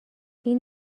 این